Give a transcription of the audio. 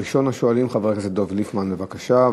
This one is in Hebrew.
ראשון השואלים, חבר הכנסת דב ליפמן, בבקשה.